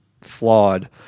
flawed